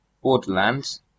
Borderlands